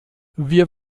wir